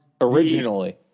Originally